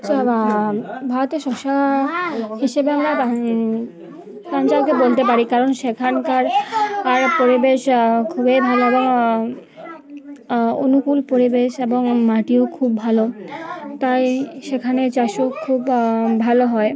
ভারতের শস্য হিসেবে আমরা বলতে পারি কারণ সেখানকার আর পরিবেশ খুবই ভালো এবং অনুকূল পরিবেশ এবং মাটিও খুব ভালো তাই সেখানে চাষও খুব ভালো হয়